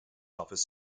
office